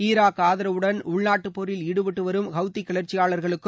Iraq ஆதரவுடன் உள்நாட்டுப் போரில் ஈடுபட்டு வரும் ஹவுதி கிளர்ச்சியாளர்களுக்கும்